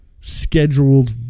scheduled